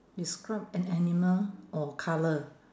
describe an animal or colour